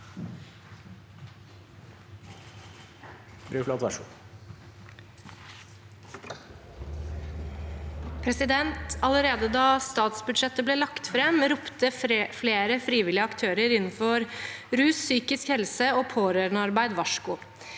Allerede da statsbud- sjettet ble lagt fram, ropte flere frivillige aktører innenfor rus-, psykisk helse- og pårørendearbeid varsko.